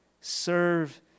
serve